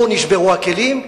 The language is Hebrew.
פה נשברו הכלים,